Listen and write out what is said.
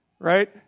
Right